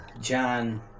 John